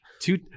two